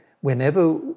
whenever